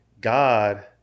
God